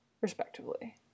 Respectively